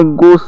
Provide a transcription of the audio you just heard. go